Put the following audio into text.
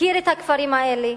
מכיר את הכפרים האלה,